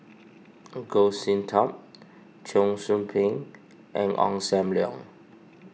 Goh Sin Tub Cheong Soo Pieng and Ong Sam Leong